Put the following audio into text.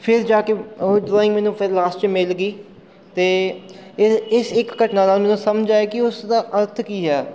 ਫਿਰ ਜਾ ਕੇ ਉਹ ਡਰਾਇੰਗ ਮੈਨੂੰ ਫਿਰ ਲਾਸਟ 'ਚ ਮਿਲ ਗਈ ਅਤੇ ਇ ਇਸ ਇੱਕ ਘਟਨਾ ਨਾਲ ਮੈਨੂੰ ਸਮਝ ਆਇਆ ਕਿ ਉਸਦਾ ਅਰਥ ਕੀ ਹੈ